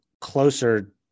closer